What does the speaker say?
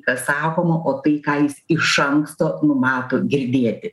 kas sakoma o tai ką jis iš anksto numato girdėti